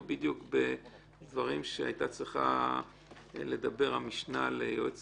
- בדברים שהיתה צריכה לדבר המשנה ליועץ